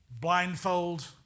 blindfold